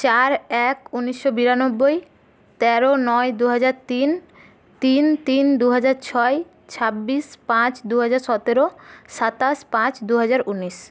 চার এক উনিশশো বিরানব্বই তেরো নয় দুহাজার তিন তিন তিন দুহাজার ছয় ছাব্বিশ পাঁচ দুহাজার সতেরো সাতাশ পাঁচ দুহাজার উনিশ